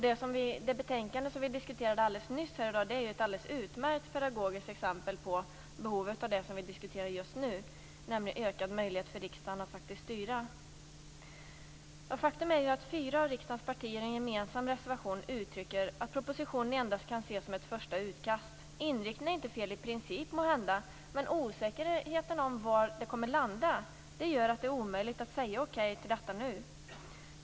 Det betänkande vi diskuterade alldeles nyss är ett alldeles utmärkt pedagogiskt exempel på behovet av det vi diskuterar just nu, nämligen ökad möjlighet för riksdagen att faktiskt styra. Faktum är att fyra av riksdagens partier i en gemensam reservation uttrycker att propositionen endast kan ses som ett första utkast. Inriktningen är inte fel i princip, måhända, men osäkerheten om var den kommer att landa gör att det är omöjligt att säga okej nu.